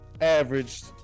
averaged